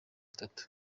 itatu